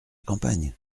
campagne